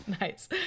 Nice